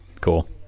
cool